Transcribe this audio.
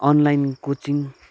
online coaching